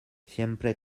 siempre